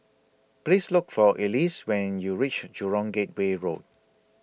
Please Look For Elyse when YOU REACH Jurong Gateway Road